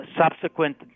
subsequent